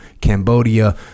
Cambodia